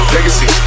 Legacy